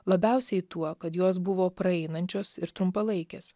labiausiai tuo kad jos buvo praeinančios ir trumpalaikės